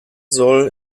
soll